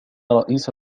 رئيس